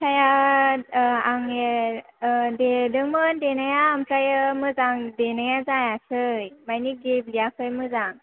फिथाया आंनि देदोंमोन देनाया ओमफ्राय मोजां देनाया जायासै माने गेब्लेयाखै मोजां